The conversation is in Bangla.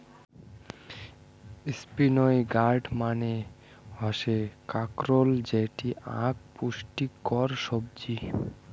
স্পিনই গার্ড মানে হসে কাঁকরোল যেটি আক পুষ্টিকর সবজি